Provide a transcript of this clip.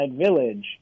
village